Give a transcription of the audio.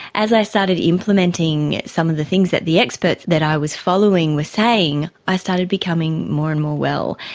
as i started implementing some of the things that the experts that i was following were saying, i started becoming more and more well.